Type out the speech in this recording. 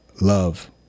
love